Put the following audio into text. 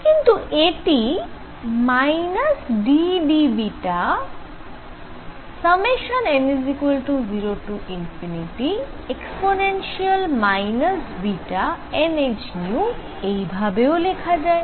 কিন্তু এটি ddβn0e βnhνএই ভাবেও লেখা যায়